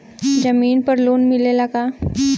जमीन पर लोन मिलेला का?